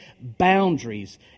boundaries